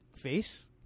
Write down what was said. face